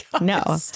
No